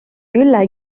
ülle